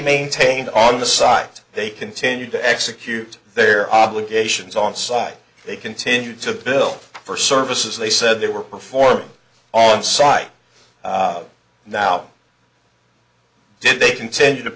maintained on the side they continued to execute their obligations on the side they continue to build for services they said they were performing on site now did they continue to